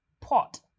pot